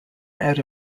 out